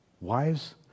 Wives